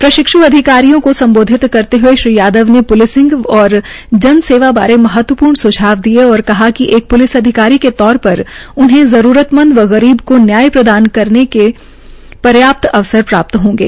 प्रशिक्षु अधिकारियों को संबोधित करते श्री यादव ने प्लिसिंग और जन सेवा बारे महत्वपूर्ण सुझाव दिए और कहा कि एक प्लिस अधिकारी के तौर पर उन्हें जरूरतमंद व गरीब को न्याय प्रदान करने के पर्याप्त अवसर प्राप्त होगें